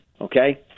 okay